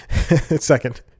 Second